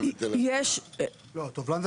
"טובלן",